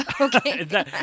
Okay